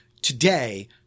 today